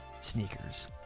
sneakers